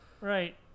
Right